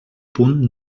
punt